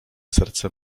serce